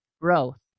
Growth